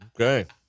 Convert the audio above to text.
Okay